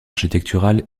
architectural